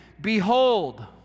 Behold